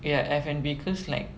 ya F_N_B cause like